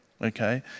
okay